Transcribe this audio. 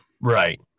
Right